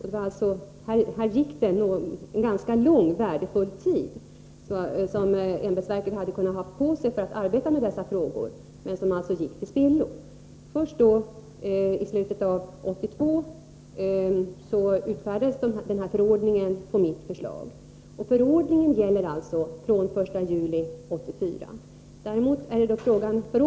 Här gick således en ganska lång och värdefull tid till spillo, tid som ämbetsverket hade kunnat använda för att arbeta med dessa frågor. Först i slutet av 1982 utfärdade regeringen den aktuella förordningen på mitt förslag. Förordningen gäller från den 1 juli 1984.